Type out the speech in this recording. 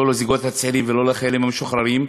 לא לזוגות הצעירים ולא לחיילים המשוחררים.